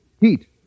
heat